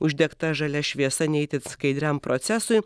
uždegta žalia šviesa ne itin skaidriam procesui